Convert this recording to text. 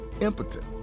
impotent